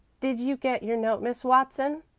did you get your note, miss watson?